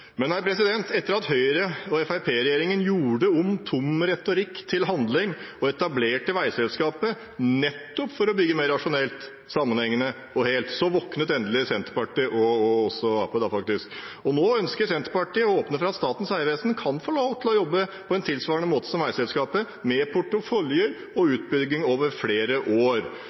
Men etter at Høyre–Fremskrittsparti-regjeringen gjorde om tom retorikk til handling og etablerte veiselskapet – nettopp for å bygge mer rasjonelt, sammenhengende og helt – våknet endelig Senterpartiet og faktisk også Arbeiderpartiet. Nå ønsker Senterpartiet å åpne for at Statens vegvesen kan få lov til å jobbe på en tilsvarende måte som veiselskapet, med porteføljer og